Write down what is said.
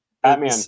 Batman